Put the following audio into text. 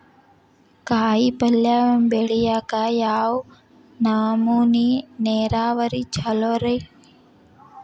ಕಾಯಿಪಲ್ಯ ಬೆಳಿಯಾಕ ಯಾವ್ ನಮೂನಿ ನೇರಾವರಿ ಛಲೋ ರಿ?